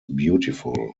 beautiful